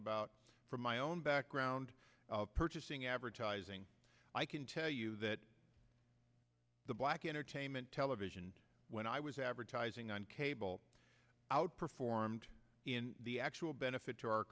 about from my own background purchasing advertising i can tell you that the black entertainment television when i was advertising on cable outperformed in the actual benefit to our